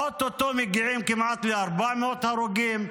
או-טו-טו מגיעים כמעט ל-400 הרוגים,